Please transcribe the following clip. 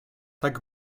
tak